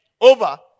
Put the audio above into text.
over